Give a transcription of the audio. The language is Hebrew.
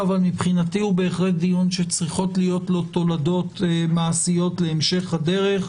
אבל מבחינתי הוא בהחלט דיון שצריכות להיות לו תולדות מעשיות להמשך הדרך.